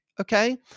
Okay